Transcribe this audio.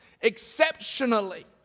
exceptionally